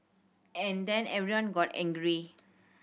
and then everyone got angry